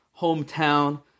hometown